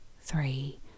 three